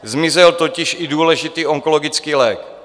Zmizel totiž i důležitý onkologický lék.